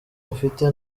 mufite